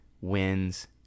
wins